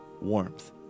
warmth